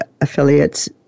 affiliates